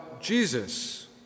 Jesus